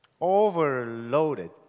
overloaded